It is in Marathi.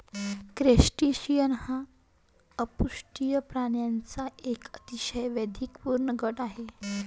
क्रस्टेशियन हा अपृष्ठवंशी प्राण्यांचा एक अतिशय वैविध्यपूर्ण गट आहे